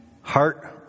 heart